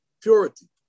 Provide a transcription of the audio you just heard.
purity